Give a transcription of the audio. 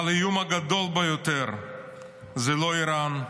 אבל האיום הגדול ביותר זה לא איראן,